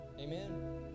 Amen